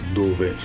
dove